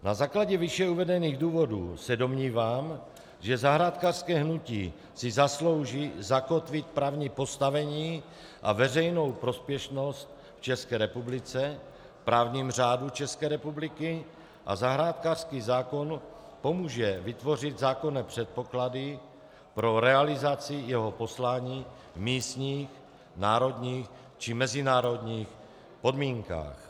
Na základě výše uvedených důvodů se domnívám, že zahrádkářské hnutí si zaslouží zakotvit právní postavení a veřejnou prospěšnost v České republice v právním řádu České republiky a zahrádkářský zákon pomůže vytvořit zákonné předpoklady pro realizaci jeho poslání v místních, národních či mezinárodních podmínkách.